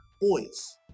boys